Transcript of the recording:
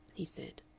he said.